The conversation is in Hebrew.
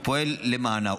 והוא פועל למענה.